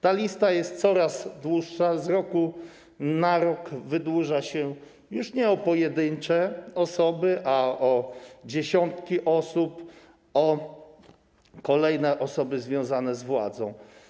Ta lista jest coraz dłuższa, z roku na rok wydłuża się i nie chodzi już tylko o pojedyncze osoby, a o dziesiątki osób, o kolejne osoby związane z władzą.